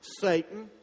Satan